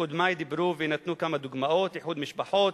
קודמי דיברו ונתנו כמה דוגמאות: איחוד משפחות,